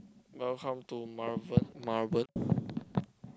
Welcome to Marwen Marwen